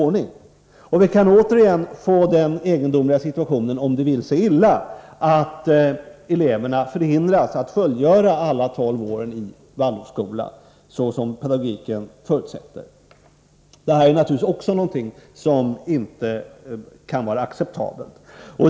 Om det vill sig illa kan vi återigen hamna i den egendomliga situationen att eleverna hindras från att fullgöra alla tolv åren i Waldorfskolan — vars pedagogik, som sagt, förutsätter tolvårig utbildning. Naturligtvis är även det oacceptabelt.